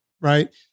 right